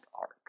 arc